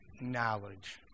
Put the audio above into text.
knowledge